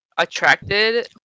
attracted